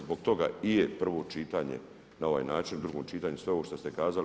Zbog toga i je prvo čitanje na ovaj način, u drugom čitanju sve ovo što ste kazali.